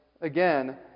again